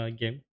game